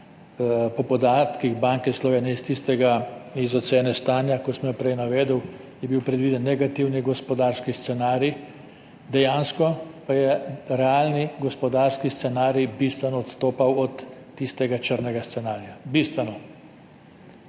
po podatkih Banke Slovenije, iz ocene stanja, kot sem jo prej navedel, je bil predviden negativni gospodarski scenarij, dejansko pa je realni gospodarski scenarij bistveno odstopal od tistega črnega scenarija. V letu